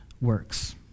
works